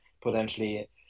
potentially